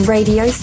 Radio